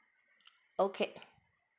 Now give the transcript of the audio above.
okay